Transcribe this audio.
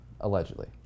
Allegedly